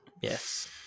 yes